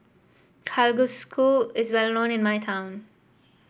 kalguksu is well known in my town